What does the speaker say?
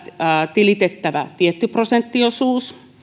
tilitettävä tietty prosenttiosuus